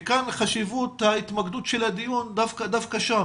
מכאן חשיבות ההתמקדות של הדיון דווקא שם,